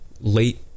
late